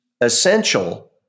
essential